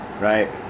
right